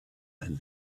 and